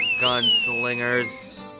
gunslingers